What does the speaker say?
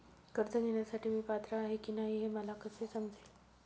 कर्ज घेण्यासाठी मी पात्र आहे की नाही हे मला कसे समजेल?